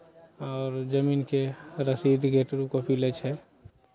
आओर जमीनके रसीदके ट्रू कॉपी लै छै